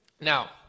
Now